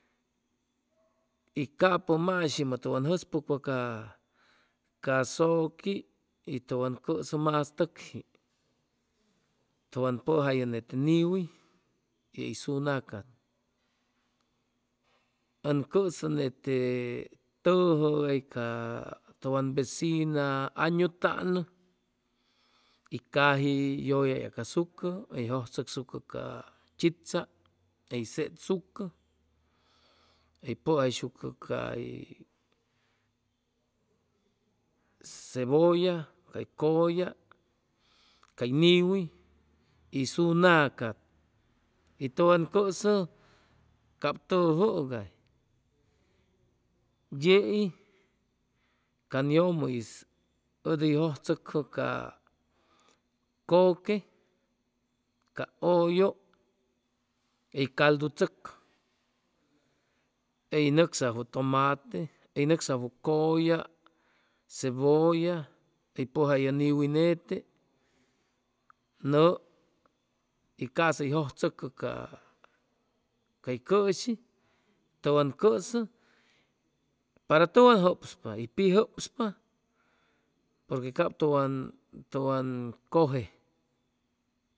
Y capʉ mashimʉ tʉwan jʉspʉcpa ca zʉqui y tʉwan cʉsʉ matʉkji tʉwan pʉjayʉ nete niwi y sunaca ʉn cʉsʉ nete tʉjʉgay ca tʉwan vecina añu tanʉ y caji yʉlla yacasucʉ hʉy jʉjchʉcsucʉ ca chicha hʉy setsucʉ hʉy pʉjayshucʉ cay cebʉlla hʉy cʉlla cay niwi y sunaca y tʉwan cʉsʉ cap tʉjʉga yei caŋ yʉmʉ'is ʉ di jʉjchʉcʉ ca kʉque ca ʉllʉ hʉy caldu tzʉcʉ hʉy nʉcsajwʉ tomate hʉy nʉcsajwʉ cʉlla cebolla hʉy pʉjayʉ niwi nete nʉʉ y asa hʉy jʉjchʉcʉ ca cay cʉshi tʉwan cʉsʉ para tʉwn jʉpspa y pi jʉpspa porque cap tʉwan tʉwan cʉjej